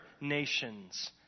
nations